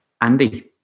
Andy